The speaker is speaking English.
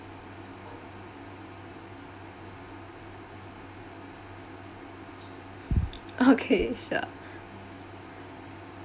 okay sure